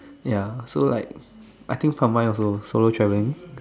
ya so like I think for mine also solo traveling